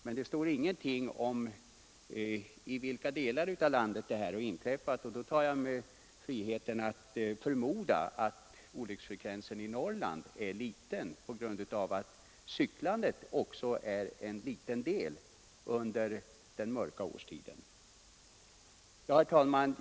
Men det sägs ingenting om i vilka delar av landet olyckorna har inträffat. Därför tar jag mig friheten att förmoda att olycksfrekvensen i Norrland är liten på grund av att cyklandet där är obetydligt under den mörka årstiden. Herr talman!